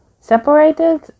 separated